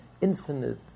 infinite